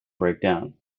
breakdown